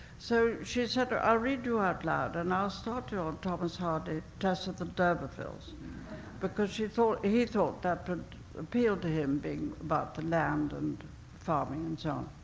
so she said, ah i'll read you out loud, and i'll start you on thomas hardy, tess of the d'ubervilles because she thought, he thought, that would appeal to him, being about the land and farming and so on.